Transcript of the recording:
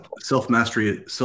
self-mastery